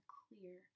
clear